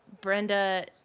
Brenda